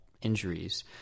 injuries